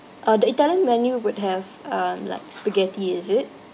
uh the italian menu would have um like spaghetti is it